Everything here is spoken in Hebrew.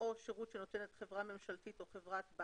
או שירות שנותנת חברה ממשלתית או חברת בת